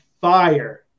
fire